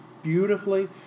beautifully